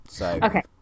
Okay